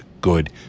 good